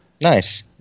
nice